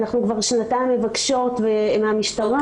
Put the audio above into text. אנחנו כבר שנתיים מבקשות מהמשטרה,